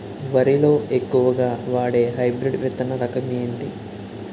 వరి లో ఎక్కువుగా వాడే హైబ్రిడ్ విత్తన రకం ఏంటి?